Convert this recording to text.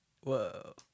Whoa